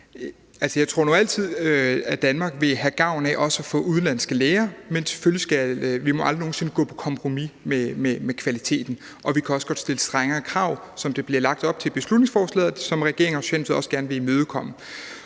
Jeg tror nu altid, at Danmark også vil have gavn af at få udenlandske læger. Men vi må selvfølgelig aldrig nogen sinde gå på kompromis med kvaliteten, og vi kan også godt stille strengere krav, sådan som der bliver lagt op til i beslutningsforslaget, og hvilket regeringen og Socialdemokratiet også gerne vil imødekomme.